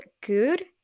good